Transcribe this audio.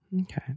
Okay